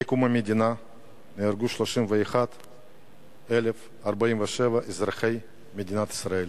מקום המדינה נהרגו 31,047 אזרחי מדינת ישראל.